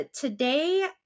today